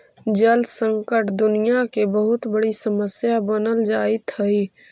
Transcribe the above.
जल संकट दुनियां के बहुत बड़ी समस्या बनल जाइत हई